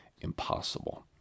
impossible